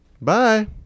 Bye